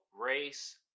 Race